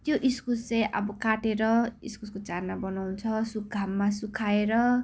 त्यो इस्कुस चाहिँ अब काटेर इस्कुसको चाना बनाउँछ सुक घाममा सुकाएर